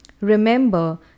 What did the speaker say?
Remember